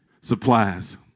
supplies